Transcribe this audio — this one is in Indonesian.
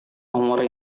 nomor